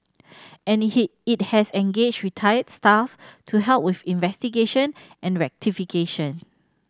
and he it has engaged retired staff to help with investigation and rectification